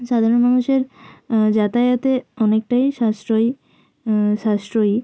সাধারণ মানুষের যাতায়াতে অনেকটাই সাশ্রয়ী সাশ্রয়ী